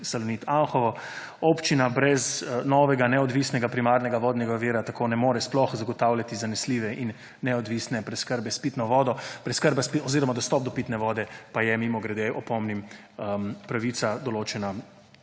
Salonit Anhovo. Občina brez novega, neodvisnega primarnega vodnega vira tako ne more sploh zagotavljati zanesljive in neodvisne preskrbe s pitno vodo. Dostop do pitne vode pa je, mimogrede opomnim, pravica, določena